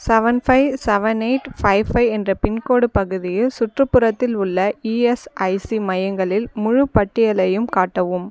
seven five seven eight five five என்ற pincode பகுதியின் சுற்றுப்புறத்தில் உள்ள இஎஸ்ஐசி மையங்களில் முழுப் பட்டியலையும் காட்டவும்